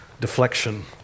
deflection